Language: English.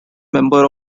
member